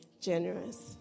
generous